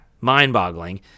mind-boggling